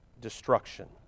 destruction